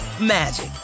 magic